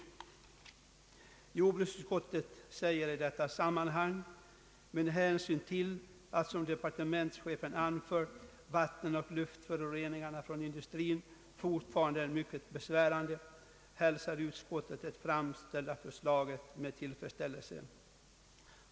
Jordbruksutskottet uttalade i detta sammanhang: »Med hänsyn till att, såsom departementschefen anfört, vattenoch luftföroreningarna från industrin fortfarande är mycket besvärande, hälsar utskottet det framlagda förslaget med tillfredsställelse.